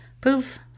Poof